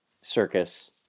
circus